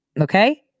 Okay